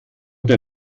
der